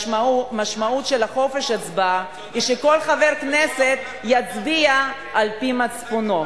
המשמעות של חופש ההצבעה היא שכל חבר כנסת יצביע על-פי מצפונו,